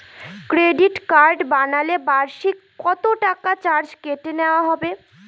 Credit card বানালে বার্ষিক কত টাকা চার্জ কেটে নেওয়া হবে?